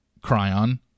Cryon